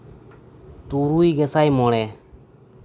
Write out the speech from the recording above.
ᱛᱩᱨᱩᱭ ᱜᱮ ᱥᱟᱭ ᱢᱚᱬᱮ